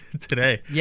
today